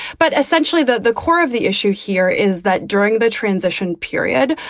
but essentially, the the core of the issue here is that during the transition period,